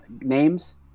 names